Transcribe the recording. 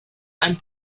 and